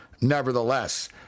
nevertheless